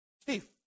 Steve